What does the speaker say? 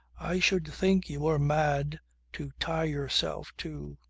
i should think you were mad to tie yourself to.